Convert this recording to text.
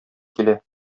килә